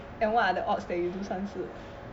and what are the odds that you do 善事